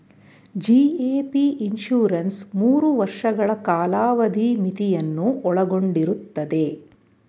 GAP insurance ಮೂರು ವರ್ಷಗಳ ಕಾಲಾವಧಿ ಮಿತಿಯನ್ನು ಒಳಗೊಂಡಿರುತ್ತದೆ